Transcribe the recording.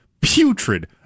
putrid